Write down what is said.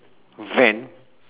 van